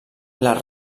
les